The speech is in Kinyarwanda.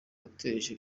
wateje